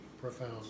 profound